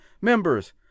members